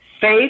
faith